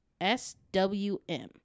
SWM